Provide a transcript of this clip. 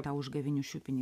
tą užgavėnių šiupinį